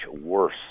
worse